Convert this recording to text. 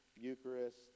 Eucharist